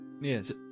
Yes